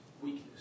weakness